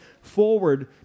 forward